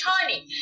tiny